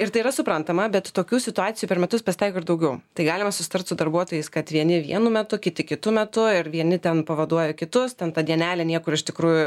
ir tai yra suprantama bet tokių situacijų per metus pasitaiko ir daugiau tai galima susitart su darbuotojais kad vieni vienu metu kiti kitu metu ir vieni ten pavaduoja kitus ten ta dienelė niekur iš tikrųjų